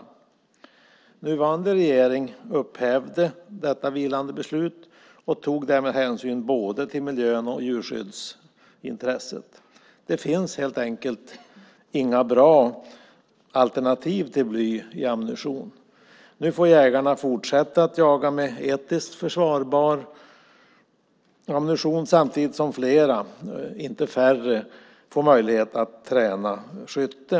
Den nuvarande regeringen upphävde detta vilande beslut och tog därmed hänsyn till både miljön och djurskyddsintresset. Det finns helt enkelt inga bra alternativ till bly i ammunition. Nu får jägarna fortsätta att jaga med etiskt försvarbar ammunition samtidigt som flera och inte färre får möjlighet att träna skytte.